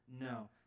No